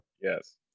Yes